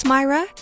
Myra